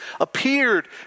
appeared